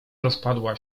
rozpadła